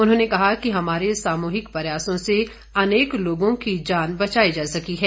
उन्होंने कहा कि हमारे सामूहिक प्रयासों से अनेक लोगों की जान बचाई जा सकी है